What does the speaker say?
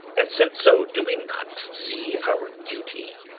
and since so, do we not see our duty?